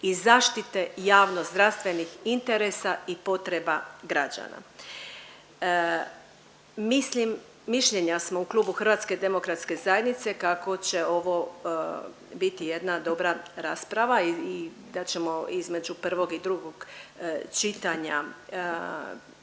i zaštite javnozdravstvenih interesa i potreba građana. Mislim, mišljenja smo u klubu Hrvatske demokratske zajednice kako će ovo biti jedna dobra rasprava i da ćemo između prvog i drugog čitanja pridonijeti